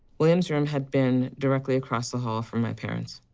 william's room had been directly across the hall from my parents.